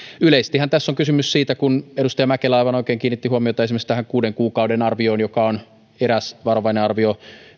yleisestihän tässä on kysymys siitä edustaja mäkelä aivan oikein kiinnitti huomiota esimerkiksi tähän kuuden kuukauden arvioon joka on eräs varovainen arvio